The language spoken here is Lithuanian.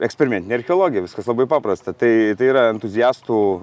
eksperimentine archeologija viskas labai paprasta tai tai yra entuziastų